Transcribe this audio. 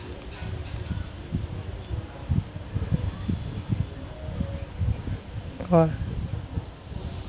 oh